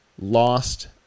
lost